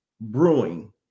brewing